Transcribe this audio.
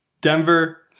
Denver